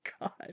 God